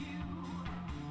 you do